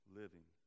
living